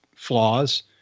flaws